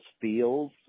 feels